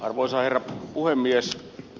arvoisa herra puhemies